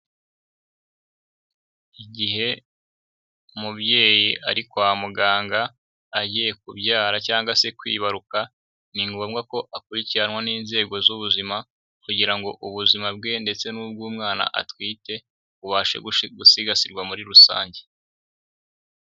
Igihe umubyeyi ari kwa muganga, agiye kubyara cyangwa se kwibaruka, ni ngombwa ko akurikiranwa n'inzego z'ubuzima kugira ngo ubuzima bwe ndetse n'ubw'umwana atwite, bubashe gusigasirwa muri rusange.